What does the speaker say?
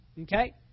Okay